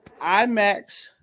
IMAX